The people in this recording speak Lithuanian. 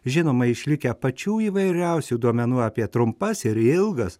žinoma išlikę pačių įvairiausių duomenų apie trumpas ir ilgas